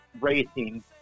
racing